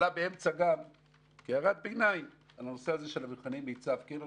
עלה כהערת ביניים נושא מבחני המיצ"ב כן הלכו,